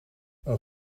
een